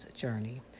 journey